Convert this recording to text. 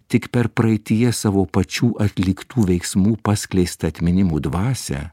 tik per praeityje savo pačių atliktų veiksmų paskleistą atminimų dvasią